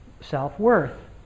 self-worth